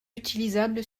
utilisable